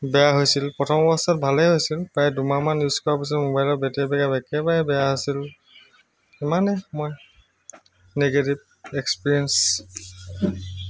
বেয়া হৈছিল প্ৰথম অৱস্থাত ভালেই হৈছিল প্ৰায় দুমাহমান ইউজ কৰা পিছত মোবাইলৰ বেটেৰী বেকআপ একেবাৰে বেয়া আছিল ইমানেই মই নিগেটিভ এক্সপিৰিয়েঞ্চ